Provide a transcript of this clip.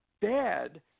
bad